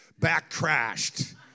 Backcrashed